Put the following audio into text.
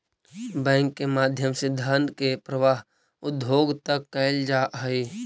bank के माध्यम से धन के प्रवाह उद्योग तक कैल जा हइ